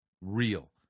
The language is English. real